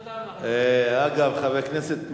אתה אל תכניס אותם, אנחנו, אגב, חבר הכנסת מולה,